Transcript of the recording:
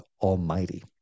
Almighty